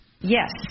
Yes